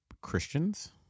Christians